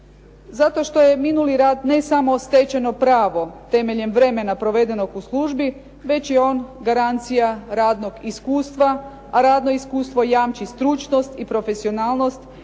Zato što je minuli rad ne samo stečeno pravo temeljem vremena provedenog u službi već je on garancija radnog iskustva, a radno iskustvo jamči stručnost i profesionalnost.